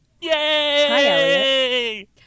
Yay